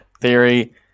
Theory